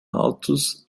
altos